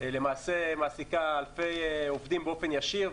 למעשה מעסיקה אלפי עובדים באופן ישיר,